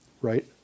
Right